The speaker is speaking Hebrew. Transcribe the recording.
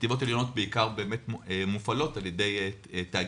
החטיבות העליונות בעיקר מופעלות על ידי תאגידים,